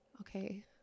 okay